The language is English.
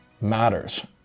matters